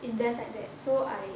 invest like that so I